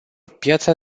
piața